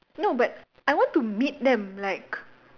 no but I want to meet them like